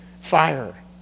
fire